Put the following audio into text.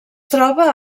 troba